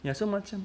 ya so macam